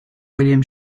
william